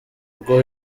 rwo